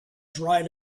dried